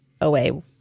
away